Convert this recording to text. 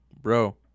bro